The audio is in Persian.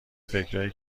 فکرایی